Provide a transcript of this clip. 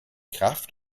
kraft